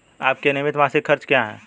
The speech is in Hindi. आपके नियमित मासिक खर्च क्या हैं?